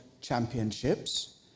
championships